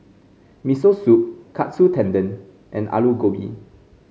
Miso Soup Katsu Tendon and Alu Gobi